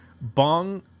Bong